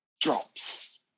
drops